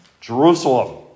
Jerusalem